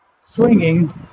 swinging